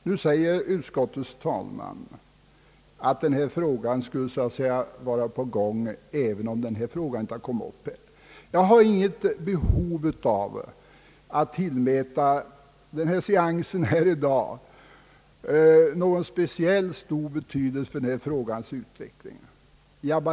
Nu säger utskottets talesman att denna fråga skulle vara aktuell även om inte några motioner hade väckts. Jag har inget behov av att tillmäta dagens seans någon speciellt stor betydelse för denna frågas utveckling.